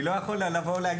אני לא יכול להגיד,